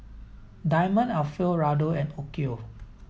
Diamond Alfio Raldo and Onkyo